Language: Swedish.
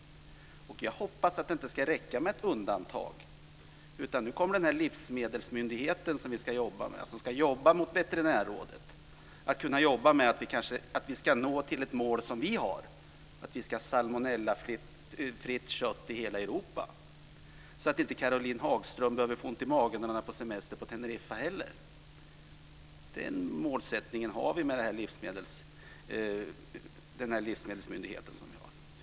Jag hoppas att det inte ska räcka med ett undantag. Den livsmedelsmyndiget som ska inrättas ska jobba mot veterinärrådet. Den kanske kan jobba för att nå det mål som vi har så att vi får salmonellafritt kött i hela Europa. Då behöver inte heller Caroline Hagström få ont i magen när hon är på semester på Teneriffa. Den målsättningen har vi med livsmedelsmyndigheten.